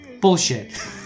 Bullshit